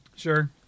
Sure